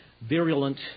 Virulent